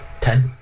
Ten